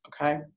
okay